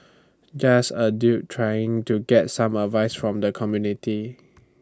just A dude trying to get some advice from the community